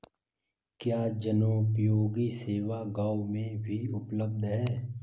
क्या जनोपयोगी सेवा गाँव में भी उपलब्ध है?